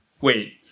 Wait